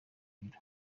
ibiro